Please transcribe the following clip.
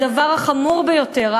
הדבר החמור ביותר,